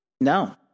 no